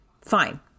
fine